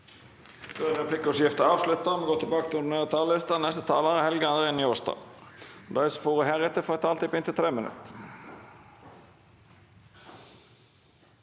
Takk